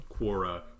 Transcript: Quora